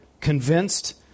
convinced